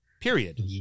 period